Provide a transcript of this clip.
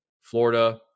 Florida